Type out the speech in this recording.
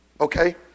Okay